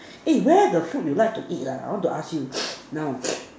eh where the food you like to eat ah I want to ask you now